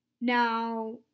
Now